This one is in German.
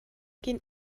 gehen